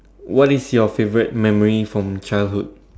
what is your favorite memory from childhood